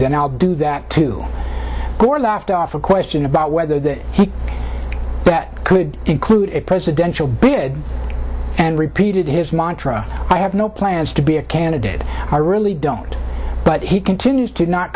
then i'll do that too gore laughed off a question about whether that he could include a presidential bid and repeated his montra i have no plans to be a candidate i really don't but he continues to not